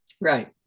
Right